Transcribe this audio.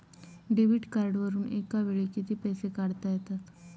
Debit कार्डवरुन एका वेळी किती पैसे काढता येतात?